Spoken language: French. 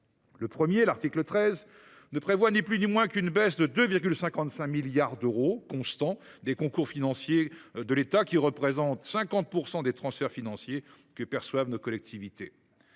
Le premier, l’article 13, ne prévoit ni plus ni moins qu’une baisse de 2,55 milliards d’euros constants des concours financiers de l’État, qui représentent 50 % des transferts financiers que perçoivent nos collectivités,